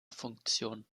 funktion